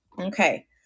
Okay